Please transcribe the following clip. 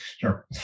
Sure